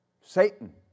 Satan